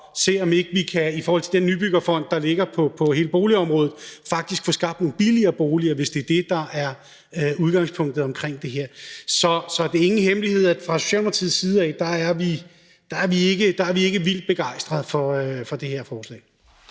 at se, om ikke vi i forhold til Nybyggerifonden, der ligger, på hele boligområdet, faktisk kan få skabt nogle billigere boliger, hvis det er det, der er udgangspunktet for det her. Så det er ingen hemmelighed, at vi fra Socialdemokratiets side ikke er vildt begejstrede for det her forslag.